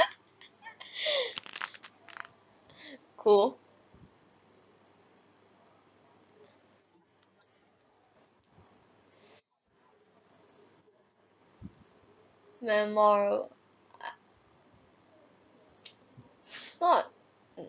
cool memora~ ah not